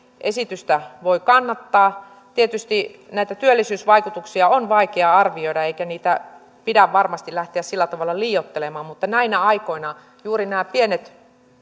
esitystä voi kannattaa tietysti näitä työllisyysvaikutuksia on vaikea arvioida eikä niitä pidä varmasti lähteä sillä tavalla liioittelemaan mutta näinä aikoina juuri nämä pienet